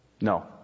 No